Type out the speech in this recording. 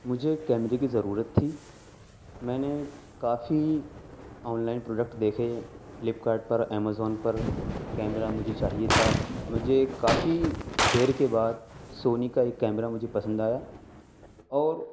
مجھے ایک کیمرے کی ضرورت تھی میں نے کافی آن لائن پروڈکٹ دیکھے فلپکارٹ پر امیزون پر کیمرہ مجھے چاہیے تھا مجھے کافی دیر کے بعد سونی کا ایک کیمرہ مجھے پسند آیا اور